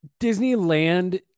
Disneyland